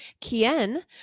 Kien